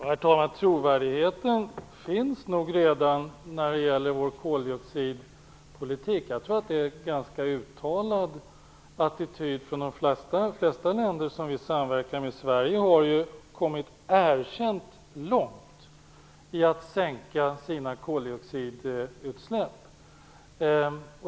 Herr talman! Trovärdigheten finns nog redan när det gäller vår koldioxidpolitik. Det är en ganska uttalad attityd från de flesta länder som vi samverkar med. Sverige har kommit erkänt långt med att minska sina koldioxidutsläpp.